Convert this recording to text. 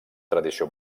tradició